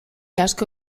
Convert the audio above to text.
asko